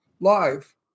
live